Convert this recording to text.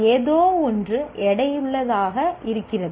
ஏதோ ஒன்று எடையுள்ளதாக இருக்கிறது